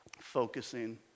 focusing